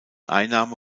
einnahme